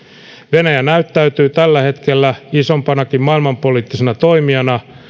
venäjä näyttäytyy tällä hetkellä isompanakin maailmanpoliittisena toimijana